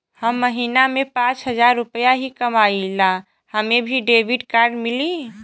हम महीना में पाँच हजार रुपया ही कमाई ला हमे भी डेबिट कार्ड मिली?